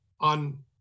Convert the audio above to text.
on